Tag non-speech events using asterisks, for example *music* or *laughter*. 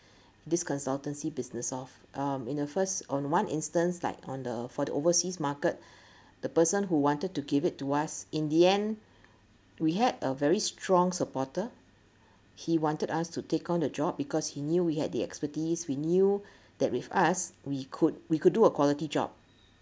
this consultancy business off um in the first on one instance like on the for the overseas market *breath* the person who wanted to give it to us in the end we had a very strong supporter he wanted us to take on the job because he knew we had the expertise we knew that with us we could we could do a quality job